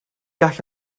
gall